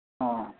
অঁ